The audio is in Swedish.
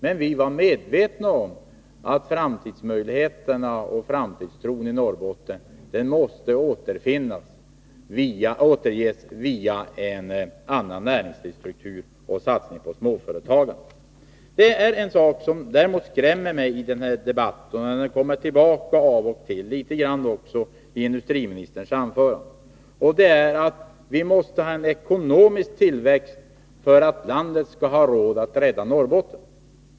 Men vi var medvetna om att framtidsmöjligheterna och framtidstron i Norrbotten måste återges via en annan näringslivsstruktur och satsning på småföretagen. Det är en sak som däremot skrämmer mig i den här debatten, och den kommer tillbaka av och till, i viss mån också i industriministerns anförande, nämligen att vi måste ha en ekonomisk tillväxt för att landet skall ha råd att rädda Norrbotten.